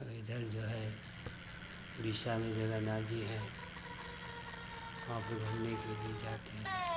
अब इधर जो है उड़ीसा में जगन्नाथ जी हैं वहाँ पर घूमने के लिए जाते हैं लोग